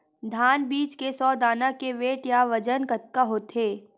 धान बीज के सौ दाना के वेट या बजन कतके होथे?